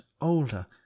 older